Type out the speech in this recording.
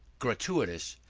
gratuitous,